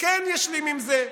כן ישלים עם זה.